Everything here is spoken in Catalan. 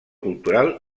cultural